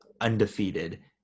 undefeated